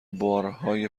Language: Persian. بارهای